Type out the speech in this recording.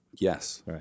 Yes